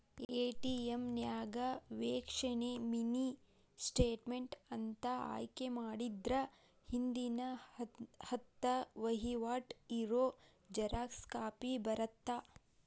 ATM ನ್ಯಾಗ ವೇಕ್ಷಣೆ mini statement ಅಂತ ಆಯ್ಕೆ ಮಾಡಿದ್ರ ಹಿಂದಿನ ಹತ್ತ ವಹಿವಾಟ್ ಇರೋ ಜೆರಾಕ್ಸ್ ಕಾಪಿ ಬರತ್ತಾ